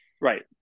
Right